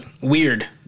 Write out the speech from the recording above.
weird